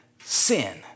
sin